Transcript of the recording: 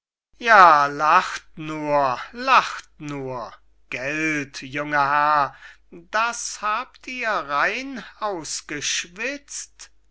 ja lacht nur lacht nur gelt junger herr das habt ihr rein ausgeschwizt